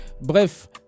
Bref